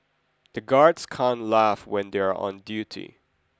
the guards can't laugh when they are on duty